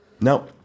No